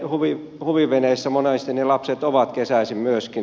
siellä huviveneissä monasti ne lapset ovat kesäisin myöskin